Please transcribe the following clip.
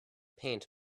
paint